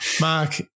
Mark